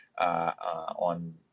on